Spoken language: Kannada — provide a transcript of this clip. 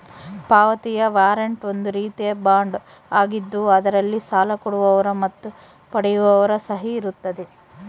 ಪಾವತಿಯ ವಾರಂಟ್ ಒಂದು ರೀತಿಯ ಬಾಂಡ್ ಆಗಿದ್ದು ಅದರಲ್ಲಿ ಸಾಲ ಕೊಡುವವರ ಮತ್ತು ಪಡೆಯುವವರ ಸಹಿ ಇರುತ್ತದೆ